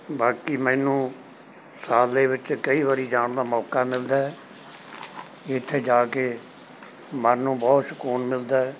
ਬਾਕੀ ਮੈਨੂੰ ਸਾਲ ਦੇ ਵਿੱਚ ਕਈ ਵਾਰ ਜਾਣ ਦਾ ਮੌਕਾ ਮਿਲਦਾ ਇੱਥੇ ਜਾ ਕੇ ਮਨ ਨੂੰ ਬਹੁਤ ਸਕੂਨ ਮਿਲਦਾ